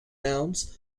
nouns